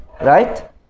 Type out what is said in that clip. right